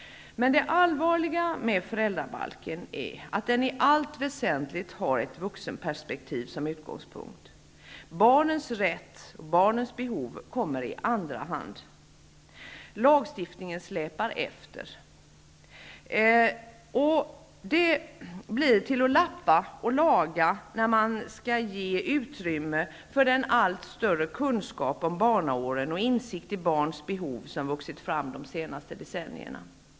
Det allvarliga med föräldrabalken är emellertid att den i allt väsentligt har ett vuxenperspektiv som utgångspunkt. Barnens rätt och behov kommer i andra hand. Lagstiftningen släpar efter. Det blir till att lappa och laga när man skall ge utrymme för den allt större kunskap om barnaåren och insikt i barns behov som har vuxit fram under de senaste decennierna.